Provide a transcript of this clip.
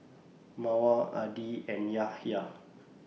Mawar Adi and Yahya